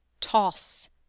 toss